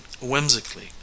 whimsically